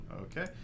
Okay